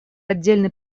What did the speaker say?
отдельный